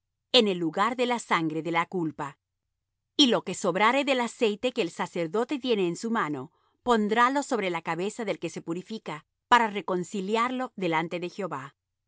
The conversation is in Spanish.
en el lugar de la sangre de la culpa y lo que sobrare del aceite que el sacerdote tiene en su mano pondrálo sobre la cabeza del que se purifica para reconciliarlo delante de jehová